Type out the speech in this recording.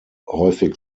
häufig